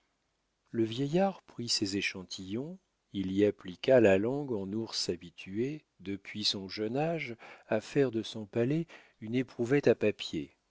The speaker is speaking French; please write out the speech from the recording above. le vieillard prit ces échantillons il y appliqua la langue en ours habitué depuis son jeune âge à faire de son palais une éprouvette à papiers